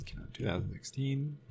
2016